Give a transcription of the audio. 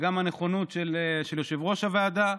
וגם הנכונות של יושב-ראש הועדה.